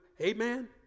Amen